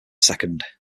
second